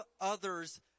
others